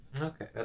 Okay